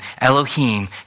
Elohim